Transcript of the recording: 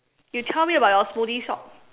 you tell me about your smoothie shop